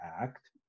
act